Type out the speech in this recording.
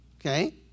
Okay